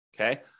okay